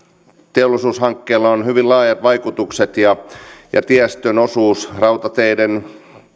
teollisuushankkeella on hyvin laajat vaikutukset ja ja tiestön osuus rautateiden